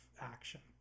action